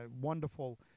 wonderful